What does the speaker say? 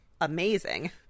amazing